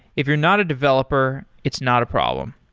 if you're not a developer, it's not a problem.